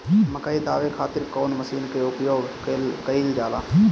मकई दावे खातीर कउन मसीन के प्रयोग कईल जाला?